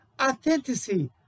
authenticity